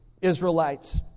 Israelites